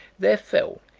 there fell,